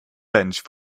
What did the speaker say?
bench